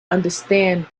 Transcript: understand